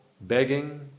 begging